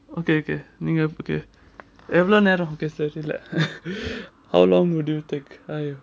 okay okay நீங்க:neenga okay எவ்ளோ நேரம் பேசுறது இதுல:evlo neram pesurathu idhula relak how long would you take !aiyo!